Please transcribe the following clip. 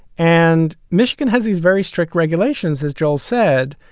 and michigan has these very strict regulations, as joel said,